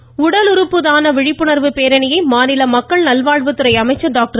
பேரணி உடல் உறுப்புதான விழிப்புணர்வு பேரணியை மாநில மக்கள் நல்வாழ்வுத்துறை அமைச்சர் டாக்டர்